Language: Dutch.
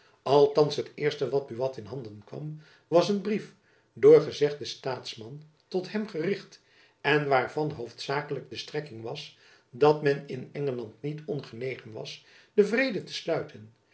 althands het eerste wat buat in handen kwam was een brief door gezegden staatsman tot hem gericht en waarvan hoofdzakelijk de strekking was dat men in engeland niet ongenegen was den vrede te sluiten